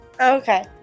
Okay